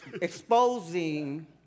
exposing